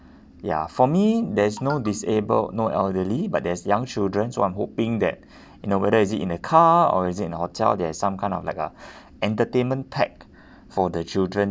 ya for me there's no disabled no elderly but there's young children so I'm hoping that you know whether is it in a car or is it in a hotel there is some kind of like a entertainment pack for the children